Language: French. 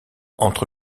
entre